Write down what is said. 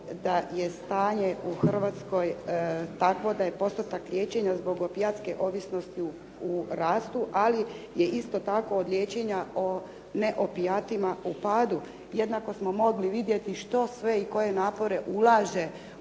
da je stanje u Hrvatskoj takvo da je postotak liječenja zbog opijatske ovisnosti u rastu, ali je isto tako od liječenja o neopijatima u padu. Jednako smo mogli vidjeti što sve i koje napore ulaže u proširivanju